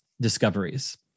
discoveries